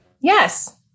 Yes